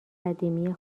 قدیمی